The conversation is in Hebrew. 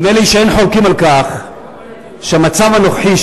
נדמה לי שאין חולקים על כך שהמצב הנוכחי,